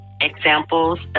examples